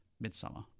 Midsummer